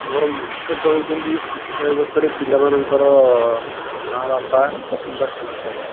ଆମର ମୁଖ୍ୟତଃ ହେଉଛନ୍ତି ଶିକ୍ଷା ବ୍ୟବସ୍ଥାରେ ପିଲାମାନଙ୍କର ମାଆ ବାପା କିମ୍ବା ଶିକ୍ଷକ